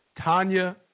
Tanya